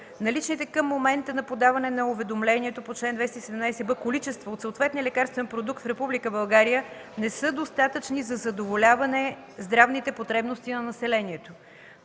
наличните към момента на подаване на уведомлението по чл. 217б количества от съответния лекарствен продукт в Република България не са достатъчни за задоволяване здравните потребности на населението;